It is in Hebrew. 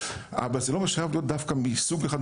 זה לא אומר שחייבים להיות אנשים דווקא מסוג אחד,